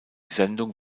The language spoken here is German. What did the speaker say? sendung